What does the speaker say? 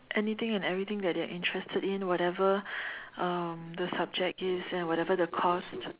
anything and everything that they're interested in whatever um the subject is and whatever the cost